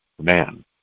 man